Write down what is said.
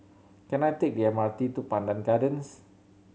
can I take M R T to Pandan Gardens